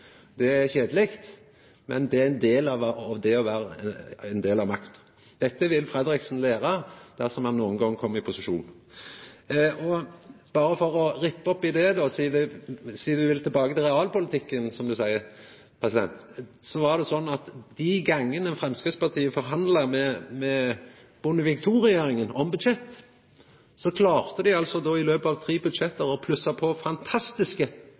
Det er kjedeleg, men det er ein del av det å vera ein del av makta. Dette vil Fredriksen læra dersom han nokon gong kjem i posisjon. Berre for å rippa opp i det, sidan Fredriksen vil tilbake til realpolitikken, som han seier: Det var altså sånn at dei gongene Framstegspartiet forhandla med Bondevik II-regjeringa om budsjett, klarte dei i løpet av tre budsjett å plussa på fantastiske